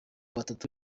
batatu